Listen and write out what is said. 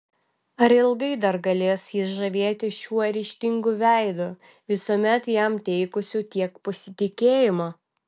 ar ilgai dar galės jis žavėtis šiuo ryžtingu veidu visuomet jam teikusiu tiek pasitikėjimo